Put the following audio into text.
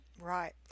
Right